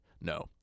no